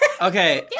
Okay